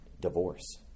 divorce